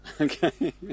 okay